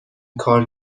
کار